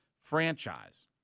franchise